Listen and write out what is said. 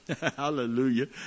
Hallelujah